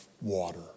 water